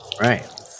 Right